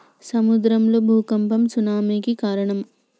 సముద్రం లో భూఖంపం సునామి కి కారణం